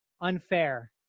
unfair